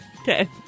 Okay